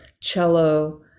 cello